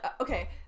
okay